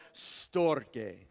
storge